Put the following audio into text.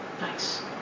Nice